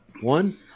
One